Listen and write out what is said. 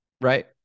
right